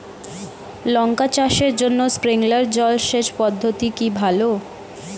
লঙ্কা চাষের জন্য স্প্রিংলার জল সেচ পদ্ধতি কি ভালো?